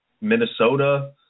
Minnesota